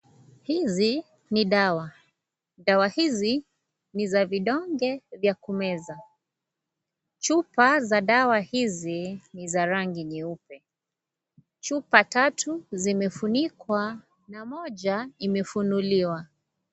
Hizi ni dawa. Dawa hizi, ni za vidonge vya kumeza. Chupa za dawa hizi, ni za rangi nyeupe. Chupa tatu zimefunikwa na moja imefunuliwa.